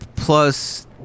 Plus